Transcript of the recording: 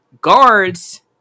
guards